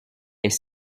elle